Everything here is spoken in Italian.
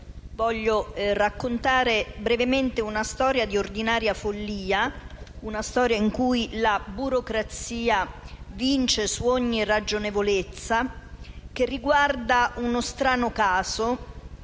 voglio raccontare brevemente una storia di ordinaria follia, in cui la burocrazia vince su ogni ragionevolezza. Si tratta di uno strano caso